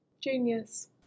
Genius